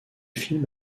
film